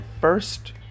first